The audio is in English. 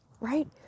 right